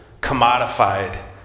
commodified